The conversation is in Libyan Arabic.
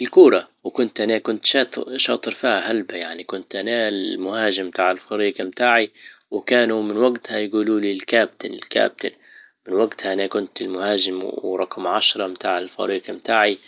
الكورة وكنت انا- انا كنت شاط- شاطر فيها هلبة يعني كنت انا المهاجم بتاع الفريق بتاعي وكانوا من وجتها يقولوا لي الكابتن الكابتن من وجتها انا كنت المهاجم ورقم عشرة متاع الفريق متاعي